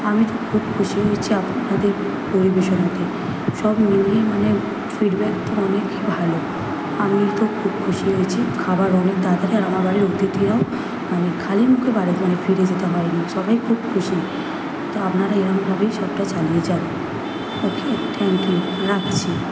আমি তো খুব খুশি হয়েছি আপনাদের পরিবেশনাতে সব মিলিয়ে মানে ফিডব্যাক তো অনেক ভালো আমি তো খুব খুশি হয়েছি খাবার অনেক তাড়াতাড়ি আর আমার বাড়ির অতিথিরাও মানে খালি মুখে বাড়ি ফিরে ফিরে যেতে হয়নি সবাই খুব খুশি তো আপনাদের এভাবেই সবটা চালিয়ে যান ওকে থ্যাঙ্ক ইউ রাখছি